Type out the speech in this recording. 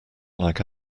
like